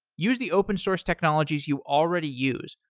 use the open source technologies you already use,